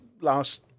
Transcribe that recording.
last